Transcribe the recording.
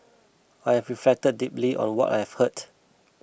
I have reflected deeply on what I heard